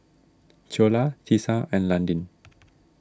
Ceola Tisa and Landin